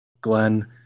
Glenn